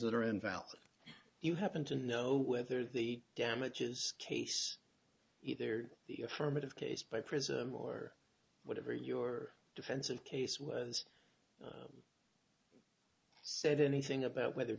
that are invalid you happen to know whether the damages case either the affirmative case by prism or whatever your defensive case was said anything about whether